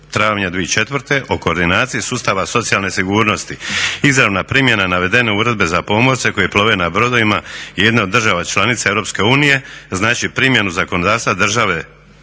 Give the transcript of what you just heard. travnja 2004. o koordinaciji sustava socijalne sigurnosti. Izravna primjena navedene uredbe za pomorce koji plove na brodovima je jedna od država članica Europske unije, znači primjenu zakonodavstva države